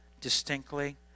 distinctly